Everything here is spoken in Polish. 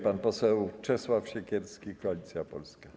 Pan poseł Czesław Siekierski, Koalicja Polska.